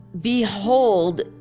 behold